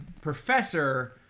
professor